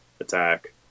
attack